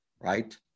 right